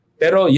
pero